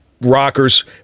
rockers